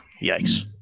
Yikes